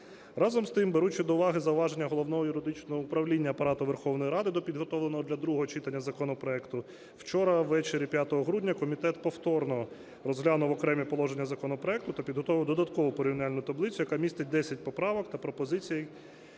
Разом з тим, беручи до уваги зауваження Головного юридичного управління Апарату Верховної Ради до підготовленого для другого читання законопроекту, вчора ввечері, 5 грудня, комітет повторно розглянув окремі положення законопроекту та підготував додаткову порівняльну таблицю, яка містить 10 поправок та пропозицій,